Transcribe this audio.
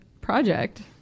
project